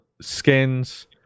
skins